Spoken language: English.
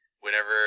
whenever